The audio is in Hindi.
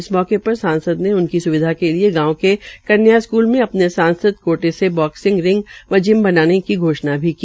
इस अवसर पर सांसद ने उनकी स्विधा के लिए गांव के कन्या स्कूल में अपने सांसद कोटे से बॉकसिंग रिंग व जिम बनवाने की घोषणा भी की